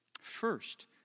First